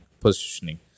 positioning